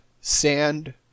Sand